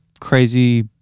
crazy